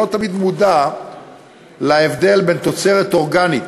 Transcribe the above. שלא תמיד מודע להבדל בין תוצרת אורגנית,